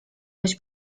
być